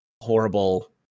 horrible